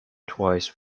twice